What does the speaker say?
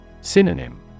Synonym